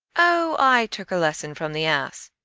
oh, i took a lesson from the ass.